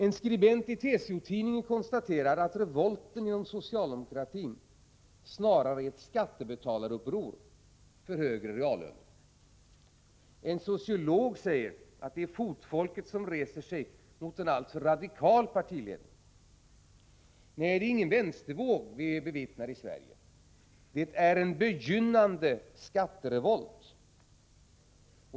En skribent i TCO-tidningen konstaterar att revolten inom socialdemokratin snarare är ett skattebetalaruppror för högre reallöner. En sociolog tolkar det som en resning av fotfolket mot en alltför radikal partiledning. Det är ingen vänstervåg vi bevittnar i Sverige. Det är en begynnande skatterevolt.